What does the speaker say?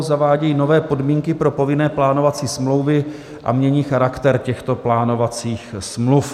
Zavádějí nové podmínky pro povinné plánovací smlouvy a mění charakter těchto plánovacích smluv.